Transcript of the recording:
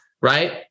right